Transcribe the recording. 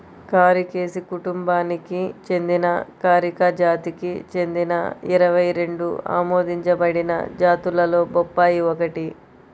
కారికేసి కుటుంబానికి చెందిన కారికా జాతికి చెందిన ఇరవై రెండు ఆమోదించబడిన జాతులలో బొప్పాయి ఒకటి